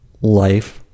life